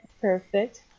Perfect